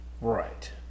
right